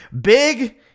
big